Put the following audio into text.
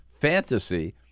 fantasy